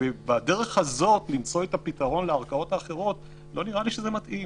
ובדרך הזאת למצוא את הפתרון לערכאות האחרות לא נראה לי שזה מתאים.